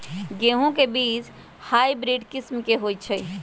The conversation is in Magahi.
गेंहू के बीज हाइब्रिड किस्म के होई छई?